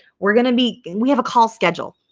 we're going to be we have a call scheduled